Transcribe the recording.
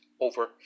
over